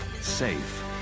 safe